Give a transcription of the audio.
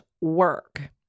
work